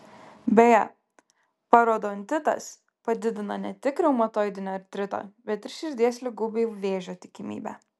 beje parodontitas padidina ne tik reumatoidinio artrito bet ir širdies ligų bei vėžio tikimybę